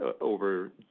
over